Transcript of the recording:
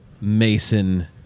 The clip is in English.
Mason